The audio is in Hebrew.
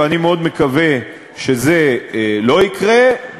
ואני מאוד מקווה שזה לא יקרה,